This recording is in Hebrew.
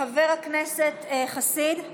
חבר הכנסת חסיד,